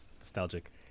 nostalgic